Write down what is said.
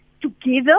together